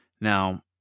Now